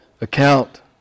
account